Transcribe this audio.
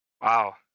Wow